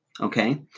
okay